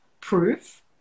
proof